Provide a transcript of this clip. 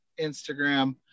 Instagram